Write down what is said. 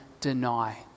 deny